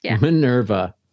Minerva